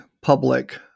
public